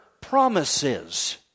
promises